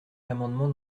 l’amendement